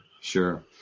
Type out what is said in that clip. sure